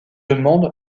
demande